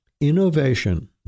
innovation